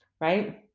right